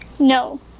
No